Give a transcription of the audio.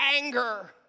anger